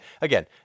Again